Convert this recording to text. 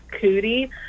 Cootie